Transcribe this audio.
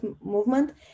movement